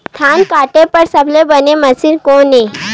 धान काटे बार सबले बने मशीन कोन हे?